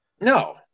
No